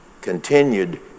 continued